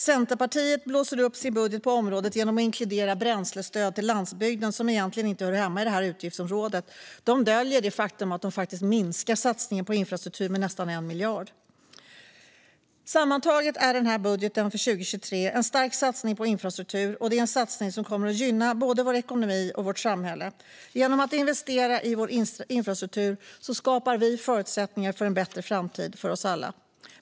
Centerpartiet blåser upp sin budget på området genom att inkludera bränslestöd till landsbygden, vilket egentligen inte hör hemma i det här utgiftsområdet. De döljer det faktum att de faktiskt minskar satsningen på infrastruktur med nästan 1 miljard. Sammantaget är budgeten för 2023 en stark satsning på infrastruktur, och det är en satsning som kommer att gynna både vår ekonomi och vårt samhälle. Genom att investera i vår infrastruktur skapar vi förutsättningar för en bättre framtid för oss alla.